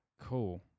cool